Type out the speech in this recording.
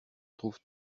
trouve